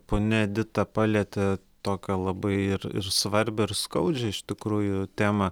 ponia edita palietė tokią labai ir svarbią ir skaudžią iš tikrųjų temą